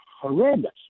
horrendous